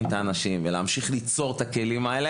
את האנשים ולהמשיך ליצור ביחד את הכלים,